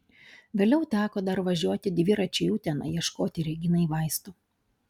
vėliau teko dar važiuoti dviračiu į uteną ieškoti reginai vaistų